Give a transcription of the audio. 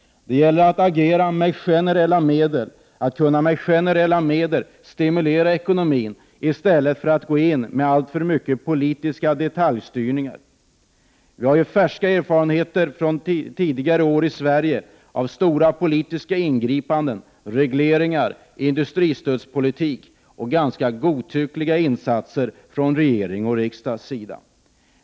Det gäller att agera med generella medel, dvs. att med generella medel kunna stimulera ekonomin i stället för att gå in med alltför mycket politiska detaljstyrningar. Vi har färska erfarenheter från tidigare år i Sverige av stora politiska ingripanden, regleringar, industristödspolitik och ganska godtyckliga insatser från regeringens och riksdagens sida.